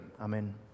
Amen